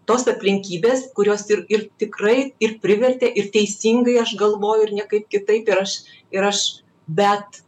tos aplinkybės kurios ir ir tikrai ir privertė ir teisingai aš galvoju ir niekaip kitaip ir aš ir aš bet